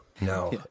no